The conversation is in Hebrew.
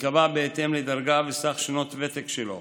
ייקבע בהתאם לדרגה ולסך שנות ותק שלו.